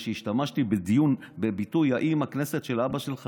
בגלל שהשתמשתי בדיון בביטוי: האם הכנסת של אבא שלך,